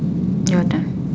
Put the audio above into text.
your turn